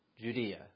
Judea